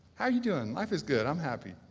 how you doing? life is good, i'm happy.